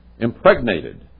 impregnated